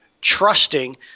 trusting